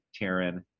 Taryn